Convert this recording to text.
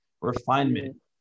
Refinement